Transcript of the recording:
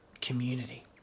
community